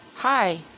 Hi